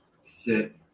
Sit